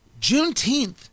Juneteenth